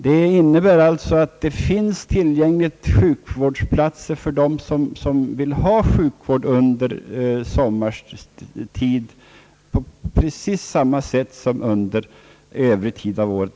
Det innebär alltså att det finns tillängliga sjukvårdsplatser för dem som vill ha sjukhusvård under sommartid i samma utsträckning som under övriga delar av året.